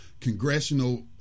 congressional